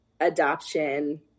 adoption